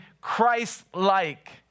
Christ-like